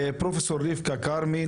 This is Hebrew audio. פרופ' רבקה כרמי,